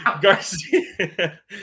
Garcia